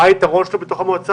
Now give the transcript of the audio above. מה היתרון שלו בתוך המועצה?